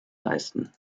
leisten